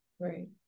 right